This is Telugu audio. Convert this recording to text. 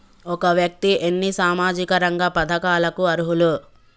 ఒక వ్యక్తి ఎన్ని సామాజిక రంగ పథకాలకు అర్హులు?